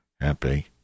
Happy